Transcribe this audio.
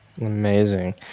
Amazing